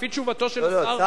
לפי תשובתו של השר,